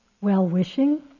well-wishing